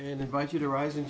and invite you to rise